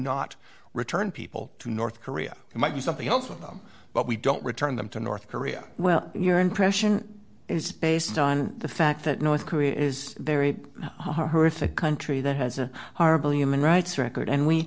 not return people to north korea might do something also but we don't return them to north korea well your impression is based on the fact that north korea is very horrific country that has a horrible human rights record and we